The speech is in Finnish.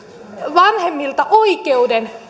vanhemmilta oikeuden